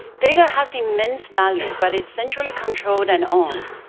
data has immense value but is centrally controlled and owned.